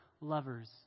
lovers